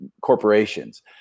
corporations